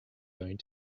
going